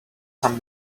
some